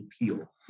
appeal